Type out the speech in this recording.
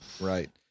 Right